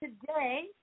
today